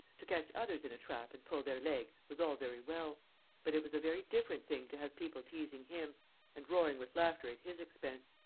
to catch others in a trap and pull their leg was all very well but it was a very different thing to have people teasing him and roaring with laughter at his expense.